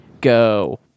go